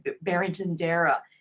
Barrington-Dara